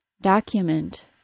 document